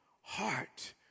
heart